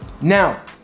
Now